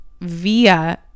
via